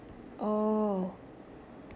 oh